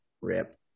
Rip